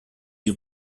die